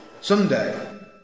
Someday